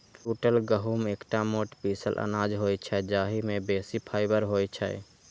टूटल गहूम एकटा मोट पीसल अनाज होइ छै, जाहि मे बेसी फाइबर होइ छै